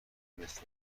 مثل